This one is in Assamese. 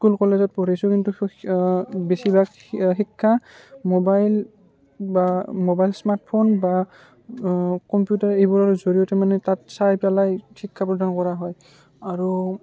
স্কুল কলেজত পঢ়িছোঁ কিন্তু বেছিভাগ শিক্ষা ম'বাইল বা ম'বাইল স্মাৰ্ট ফোন বা কম্পিউটাৰ এইবোৰৰ জৰিয়তে মানে তাত চাই পেলাই শিক্ষা প্ৰদান কৰা হয় আৰু